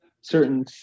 certain